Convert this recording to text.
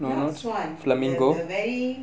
not swan the the very